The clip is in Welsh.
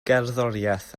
gerddoriaeth